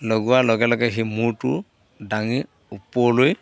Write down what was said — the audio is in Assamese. লগোৱাৰ লগে লগে সি মূৰটো দাঙি ওপৰলৈ